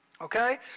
Okay